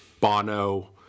Bono